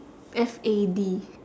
F A D